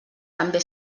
també